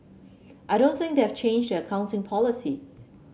I don't think they have changed their accounting policy